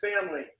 family